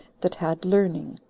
that had learning,